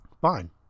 Fine